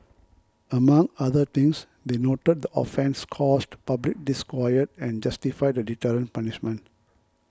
among other things they noted the offence caused public disquiet and justified a deterrent punishment